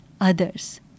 Others